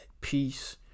Peace